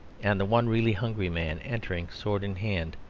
and the one really hungry man entering, sword in hand,